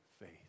faith